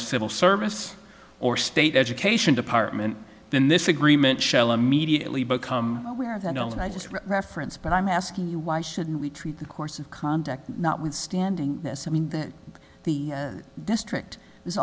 civil service or state education department then this agreement shell immediately become aware of that and i just reference but i'm asking you why should we treat the course of conduct notwithstanding this i mean that the district is